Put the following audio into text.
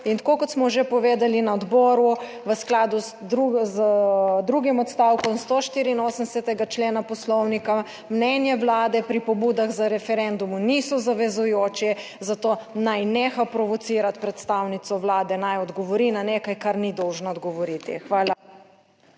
Tako kot smo že povedali na odboru, v skladu z drugim odstavkom 184. člena poslovnika mnenje Vlade pri pobudah za referendum niso zavezujoči, zato naj neha provocirati predstavnico Vlade naj odgovori na nekaj, kar ni dolžna odgovoriti. Hvala.